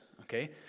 okay